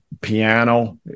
piano